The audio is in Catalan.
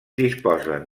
disposen